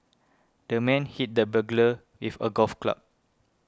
the man hit the burglar with a golf club